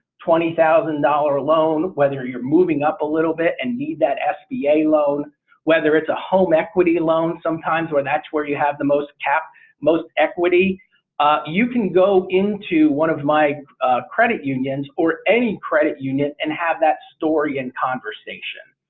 twenty thousand dollar loan whether you're moving up a little bit and need that sba loan whether it's a home equity loan sometimes where that's where you have the most cap most equity you can go into one of my credit unions or any credit unions and have that story and conversation.